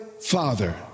father